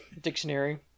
dictionary